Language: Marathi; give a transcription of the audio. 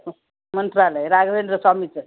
मंत्रालय राघवेंद्र स्वामीचं